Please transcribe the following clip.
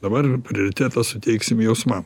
dabar prioritetą suteiksim jausmam